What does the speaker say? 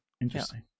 Interesting